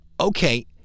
Okay